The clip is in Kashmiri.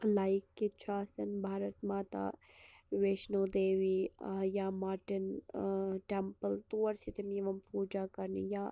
لایک ییٚتہ چھُ آسان بھارت ماتا ویشنو دیوی ٲں یا مارٹن ٲں ٹیٚمپٕل تور چھِ تِم یوان پوٗجا کرنہِ یا